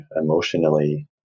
emotionally